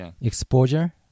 Exposure